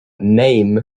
name